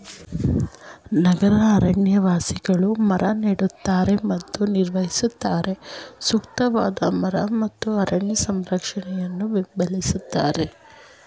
ನಗರ ಅರಣ್ಯವಾಸಿಗಳು ಮರ ನೆಡ್ತಾರೆ ಮತ್ತು ನಿರ್ವಹಿಸುತ್ತಾರೆ ಸೂಕ್ತವಾದ ಮರ ಮತ್ತು ಅರಣ್ಯ ಸಂರಕ್ಷಣೆಯನ್ನು ಬೆಂಬಲಿಸ್ತಾರೆ